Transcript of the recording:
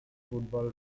football